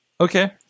Okay